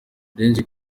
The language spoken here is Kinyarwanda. byinshi